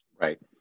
Right